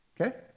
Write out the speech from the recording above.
Okay